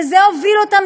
וזה הוביל אותן